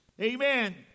Amen